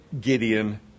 Gideon